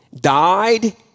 died